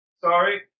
Sorry